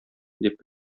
дип